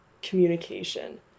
communication